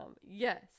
Yes